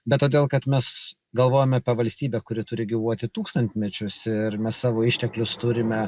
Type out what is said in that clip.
bet todėl kad mes galvojam apie valstybę kuri turi gyvuoti tūkstantmečius ir mes savo išteklius turime